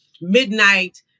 midnight